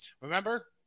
Remember